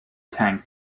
tank